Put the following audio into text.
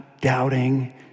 doubting